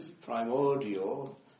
primordial